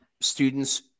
students